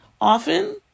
often